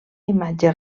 imatge